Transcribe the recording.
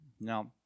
Now